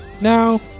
now